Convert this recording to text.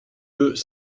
deux